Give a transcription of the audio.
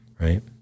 Right